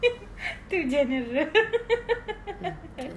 itu saja ini dia